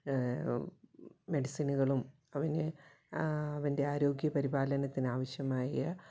മെഡിസിനുകളും അവന് അവന്റെ ആരോഗ്യ പരിപാലനത്തിനാവശ്യമായ